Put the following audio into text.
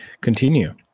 continue